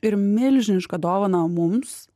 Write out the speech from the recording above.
ir milžinišką dovaną mums